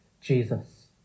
Jesus